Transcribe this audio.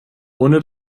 ohne